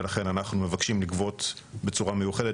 ולכן אנחנו מבקשים לגבות בצורה מיוחדת